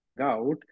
out